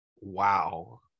Wow